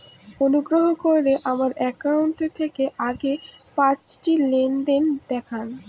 অনুগ্রহ করে আমার অ্যাকাউন্ট থেকে আগের পাঁচটি লেনদেন দেখান